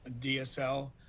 DSL